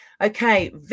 okay